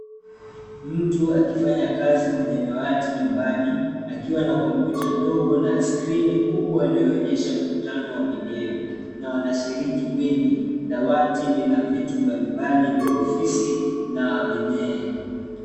Mtu akifanya kazi kwenye dawati nyumbani akiwa na kompyuta ndogo na skrini kubwa inayoonyesha mkutano wa video na wanashiriki wengi. Dawati lina vitu mbalimbali vya ofisi na mimea.